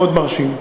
מאוד מרשים.